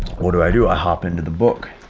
what do i do? i hop into the book,